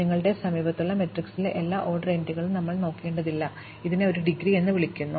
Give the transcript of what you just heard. നിങ്ങളുടെ സമീപത്തുള്ള മാട്രിക്സിലെ എല്ലാ ഓർഡർ എൻട്രികളും ഞങ്ങൾ നോക്കേണ്ടതില്ല ഇതിനെ ഒരു ഡിഗ്രി എന്ന് വിളിക്കുന്നു